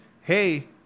hey